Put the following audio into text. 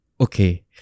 okay